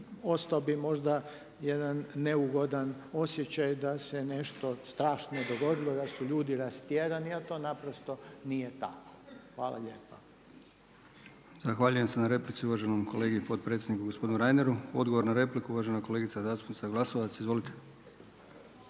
ostao bi možda jedan neugodan osjećaj da se nešto strašno dogodilo, da su ljudi rastjerani, a to naprosto nije tako. Hvala lijepa. **Brkić, Milijan (HDZ)** Zahvaljujem se na replici uvaženom kolegi potpredsjedniku gospodinu Reineru. Odgovor na repliku, uvažena kolegica zastupnica Glasovac. Izvolite.